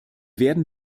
werden